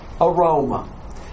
aroma